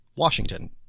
Washington